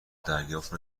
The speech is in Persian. دریافت